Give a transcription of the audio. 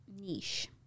niche